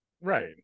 Right